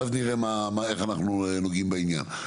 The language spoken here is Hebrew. ואז נראה איך אנחנו נוגעים בעניין.